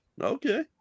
Okay